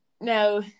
now